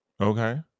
Okay